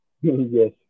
Yes